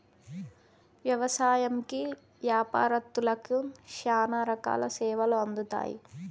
వ్యవసాయంకి యాపారత్తులకి శ్యానా రకాల సేవలు అందుతాయి